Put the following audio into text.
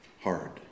hard